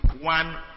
one